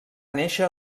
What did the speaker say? néixer